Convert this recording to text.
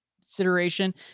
consideration